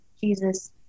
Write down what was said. Jesus